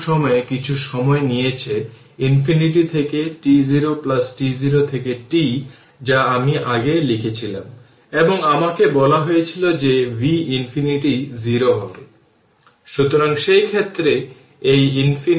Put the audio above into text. সুতরাং বিশেষ করে এটি শেখার পরে সেই পদে ক্যাপাসিটরের আচরণ একটি নির্দিষ্ট স্ট্যাডি স্টেট কিন্তু একটি DC ট্রানসিয়েন্ট বিবেচনা করুন এই বিষয়টি কভার করার পরে সেই সময়ে ক্যাপাসিটরের আচরণ এবং সেইসাথে ইন্ডাক্টর সম্পর্কে আরও অনেক কিছু জানতে পারবেন r সময় সেই স্ট্যাডি স্টেটটিকে আমি বলতে চাচ্ছি